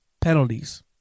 penalties